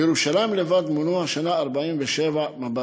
בירושלים לבד מונו השנה 47 מב"סים.